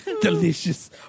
Delicious